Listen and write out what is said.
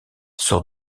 sort